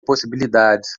possibilidades